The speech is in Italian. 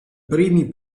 primi